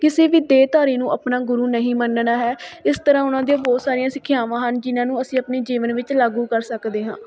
ਕਿਸੇ ਵੀ ਦੇਹਧਾਰੀ ਨੂੰ ਆਪਣਾ ਗੁਰੂ ਨਹੀਂ ਮੰਨਣਾ ਹੈ ਇਸ ਤਰ੍ਹਾਂ ਉਹਨਾਂ ਦੀਆਂ ਬਹੁਤ ਸਾਰੀਆਂ ਸਿੱਖਿਆਵਾਂ ਹਨ ਜਿਨ੍ਹਾਂ ਨੂੰ ਅਸੀ ਆਪਣੇ ਜੀਵਨ ਵਿੱਚ ਲਾਗੂ ਕਰ ਸਕਦੇ ਹਾਂ